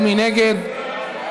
ומי נגד?